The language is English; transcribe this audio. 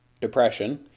depression